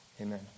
Amen